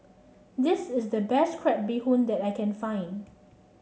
this is the best Crab Bee Hoon that I can find